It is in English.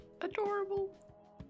Adorable